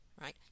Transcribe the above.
right